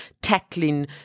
tackling